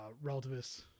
relativists